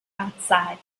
outside